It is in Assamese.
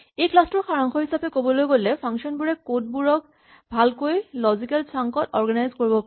এই ক্লাচ টোৰ সাৰাংশ হিচাপে ক'বলৈ গ'লে ফাংচন বোৰে কড বোৰক ভালকৈ লজিকেল ছাংক ত অৰগেনাইজ কৰিব পাৰে